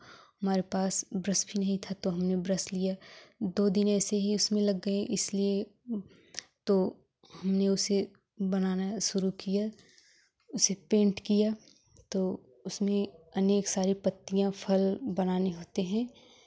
हमारे पास ब्रश भी नहीं था तो हमने ब्रश लिया दो दिन ऐसे ही उसमें लग गए इसलिए तो हमने उसे बनाना शुरू किया उसे पेंट किया तो उसमें अनेक सारी पत्तियाँ फल बनाने होते हैं